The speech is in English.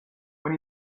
when